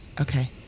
okay